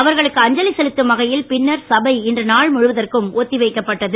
அவர்களுக்கு அஞ்சலி செலுத்தும் வகையில் பின்னர் சபை இன்று நாள் முழுவதற்கும் ஒத்தி வைக்கப்பட்டது